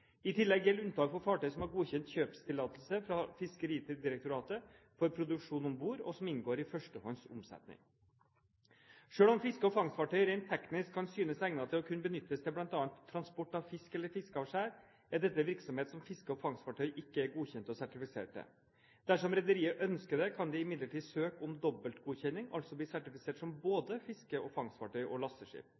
I tillegg gjelder unntak for fartøy som har godkjent kjøpetillatelse fra Fiskeridirektoratet for produksjon om bord, og som inngår i førstehånds omsetning. Selv om fiske- og fangstfartøy rent teknisk kan synes egnet til å kunne benyttes til bl.a. transport av fisk eller fiskeavskjær, er dette virksomhet som fiske- og fangstfartøy ikke er godkjent og sertifisert til. Dersom rederiet ønsker det, kan det imidlertid søkes om dobbeltgodkjenning, altså bli sertifisert som både fiske- og fangstfartøy og lasteskip.